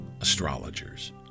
astrologers